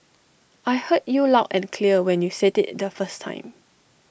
I heard you loud and clear when you said IT the first time